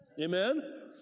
Amen